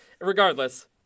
Regardless